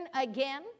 again